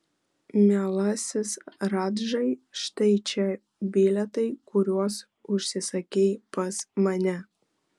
mielasis radžai štai čia bilietai kuriuos užsisakei pas mane